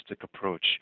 approach